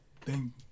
thank